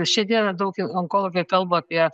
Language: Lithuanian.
šiai dienai daug onkologai kalba apie